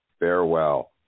Farewell